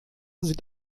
sieht